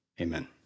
amen